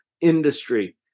industry